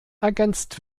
ergänzt